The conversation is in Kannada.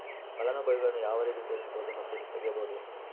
ಫಲಾನುಭವಿಗಳನ್ನು ಯಾವ ರೇತಿ ಸೇರಿಸಬಹುದು ಮತ್ತು ತೆಗೆಯಬಹುದು?